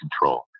control